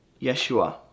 Yeshua